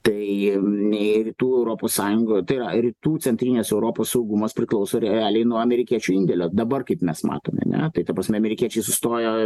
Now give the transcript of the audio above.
tai nei rytų europos sąjungoj tai yra rytų centrinės europos saugumas priklauso realiai nuo amerikiečių indėlio dabar kaip mes matome ane tai ta prasme amerikiečiai sustojo